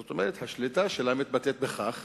זאת אומרת, השליטה שלה מתבטאת בכך